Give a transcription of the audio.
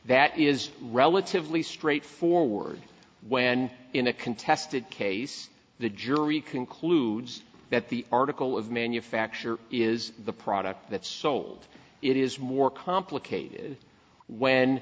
that is relatively straightforward when in a contested case the jury concludes that the article of manufacture is the product that sold it is more complicated when